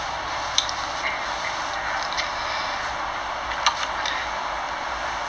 mm eh ya ya ya I think I do now